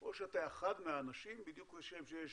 או שאתה אחד מהאנשים, בדיוק כמו שיש